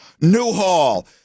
Newhall